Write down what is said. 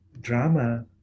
drama